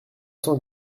cent